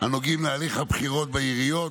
הנוגעים להליך הבחירות בעיריות,